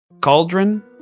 cauldron